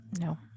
No